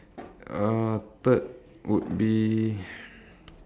uh third would be